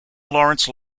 lawrence